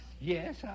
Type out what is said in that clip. Yes